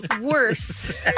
worse